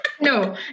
no